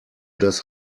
das